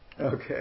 Okay